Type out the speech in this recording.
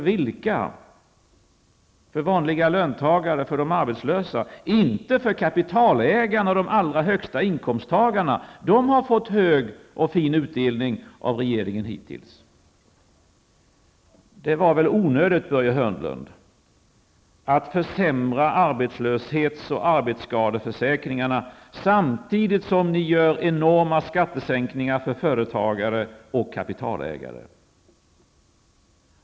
Jo, för vanliga löntagare och arbetslösa, inte för kapitalägarna och de som har de allra högsta inkomsterna. De har fått stor och fin utdelning av regeringen hittills. Det var väl onödigt, Börje Hörnlund, att försämra arbetslöshets och arbetsskadeförsäkringarna samtidigt som ni genomför enorma skattesänkningar för företagare och kapitalägare.